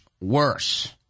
worse